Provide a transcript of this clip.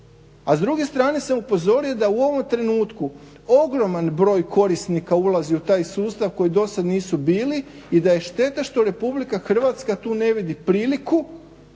A s druge strane sam upozorio da u ovom trenutku ogroman broj korisnika ulazi u taj sustav koji do sada nisu bili i da je šteta što RH tu ne vidi priliku